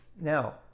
Now